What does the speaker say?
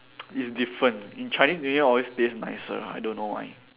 is different in Chinese new year always taste nicer I don't know why